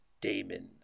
damon